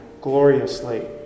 gloriously